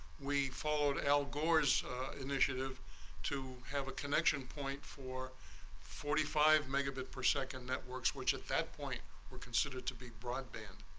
we followed al gore's initiative to have a connection point for forty five megabyte per second networks which at that point were considered to be broadband.